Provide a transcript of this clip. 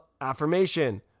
affirmation